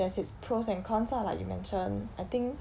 there's its pros and cons lah like you mentioned I think